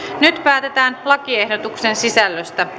nyt päätetään lakiehdotuksen sisällöstä